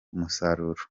umusaruro